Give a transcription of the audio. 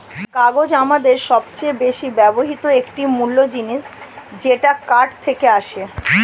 কাগজ আমাদের সবচেয়ে বেশি ব্যবহৃত একটি মূল জিনিস যেটা কাঠ থেকে আসে